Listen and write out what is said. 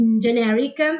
generic